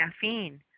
caffeine